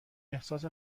احساس